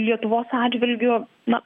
lietuvos atžvilgiu na